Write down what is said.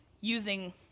using